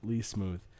smooth